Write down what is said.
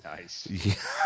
Nice